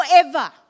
forever